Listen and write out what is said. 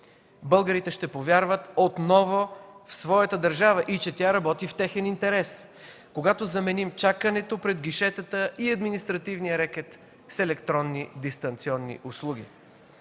Българите ще повярват отново в своята държава и че тя работи в техен интерес, когато заменим чакането пред гишетата и административния рекет с електронни, дистанционни услуги.